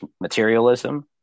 materialism